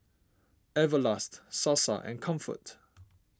Everlast Sasa and Comfort